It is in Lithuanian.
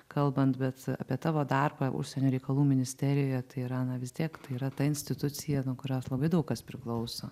kalbant bet apie tavo darbą užsienio reikalų ministerijoje tai yra na vis tiek tai yra ta institucija nuo kurios labai daug kas priklauso